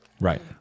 Right